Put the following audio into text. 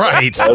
Right